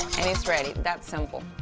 and it's ready. that simple.